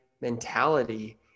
mentality